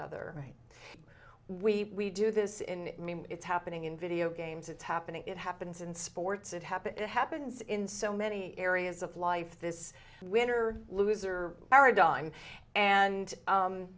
other right we do this in i mean it's happening in video games it's happening it happens in sports it happens it happens in so many areas of life this winter loser paradigm and